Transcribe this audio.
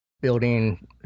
building